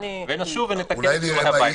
ונשוב ונתקן את שיעורי הבית.